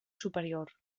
superior